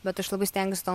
bet aš labai stengiuos to